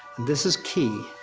this is key.